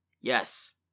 Yes